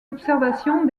observations